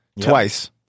twice